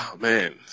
man